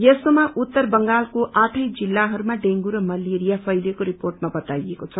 यस्तोमा उत्तर बंगालको आठै जिल्लाहरूमा ड़ेंगू र मलेरिया फैंलिएको रिपोंटमा बताईएको छ